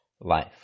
life